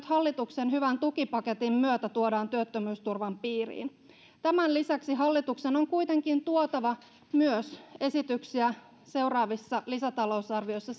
hallituksen hyvän tukipaketin myötä tuodaan työttömyysturvan piiriin tämän lisäksi hallituksen on kuitenkin tuotava myös esityksiä seuraavissa lisätalousarviossa